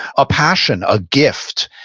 a passion, a gift,